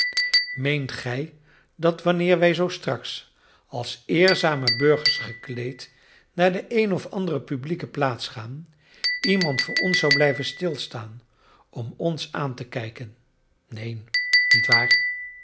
meent gij dat wanneer wij zoo straks als eerzame burgers gekleed naar de een of andere publieke plaats gaan iemand voor ons zou blijven stilstaan om ons aan te kijken neen niet waar